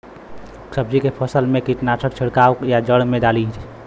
सब्जी के फसल मे कीटनाशक छिड़काई या जड़ मे डाली?